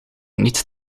niet